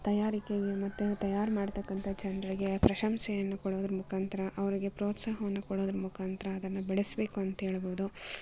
ತಯಾರಿಕೆಗೆ ಮತ್ತು ತಯಾರು ಮಾಡ್ತಕ್ಕಂಥ ಜನರಿಗೆ ಪ್ರಶಂಸೆಯನ್ನು ಕೊಡೋದ್ರ ಮುಖಾಂತ್ರ ಅವರಿಗೆ ಪ್ರೋತ್ಸಾಹವನ್ನು ಕೊಡೋದ್ರ ಮುಖಾಂತ್ರ ಅದನ್ನು ಬೆಳೆಸ್ಬೇಕು ಅಂತ ಹೇಳಬಹುದು